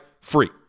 free